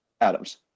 Adams